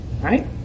right